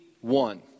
one